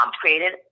created